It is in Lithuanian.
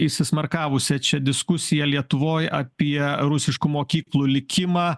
įsismarkavusią čia diskusiją lietuvoje apie rusiškų mokyklų likimą